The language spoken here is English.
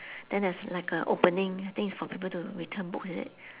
then there's like a opening I think is for people to return books is it